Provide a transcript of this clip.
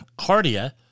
Cardia